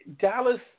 Dallas